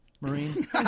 Marine